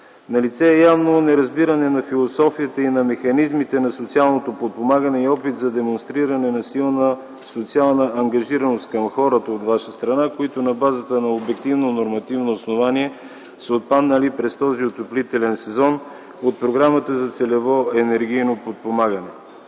Налице е явно неразбиране на философията и на механизмите на социалното подпомагане и опит за демонстриране на силна социална ангажираност към хората от Ваша страна, които на базата на обективно нормативно основание са отпаднали през този отоплителен сезон от програмата за целево енергийно подпомагане.